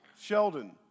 Sheldon